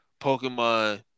Pokemon